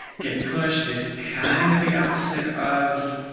get push is kind of the opposite of